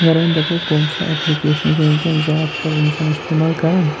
اگر وۄنۍ دَپو کٕم سا اٮ۪پلِکیشنہٕ چھِ وٕنۍکٮ۪ن زیادٕتَر اِنسان استعمال کَران